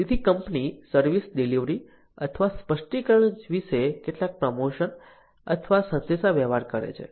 તેથી company service delivery અથવા સ્પષ્ટીકરણ વિશે કેટલાક પ્રમોશન અથવા સંદેશાવ્યવહાર કરે છે